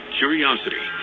curiosity